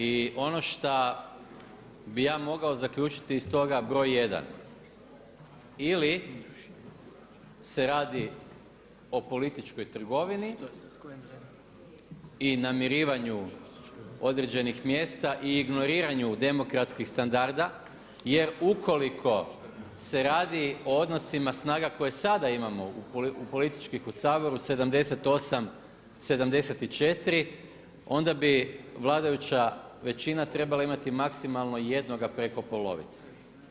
I ono šta bih ja mogao zaključiti iz toga br. 1. Ili se radi o političkoj trgovini i namirivanju određenih mjesta i ignoriranju demokratskih standarda jer ukoliko se radi o odnosima snaga koje sada imamo, političkih u Saboru 78, 74, onda bi vladajuća većina trebala imati maksimalno jednoga preko polovice.